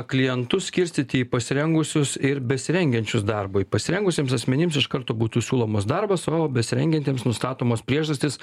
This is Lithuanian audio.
klientus skirstyti į pasirengusius ir besirengiančius darbui pasirengusiems asmenims iš karto būtų siūlomas darbas o besirengiantiems nustatomos priežastys